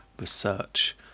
research